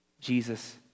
Jesus